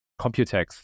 Computex